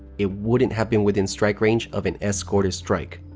it wouldn't have been within strike range of an escorted strike.